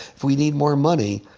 if we need more money,